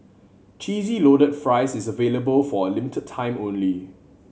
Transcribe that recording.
Cheesy Loaded Fries is available for a limit time only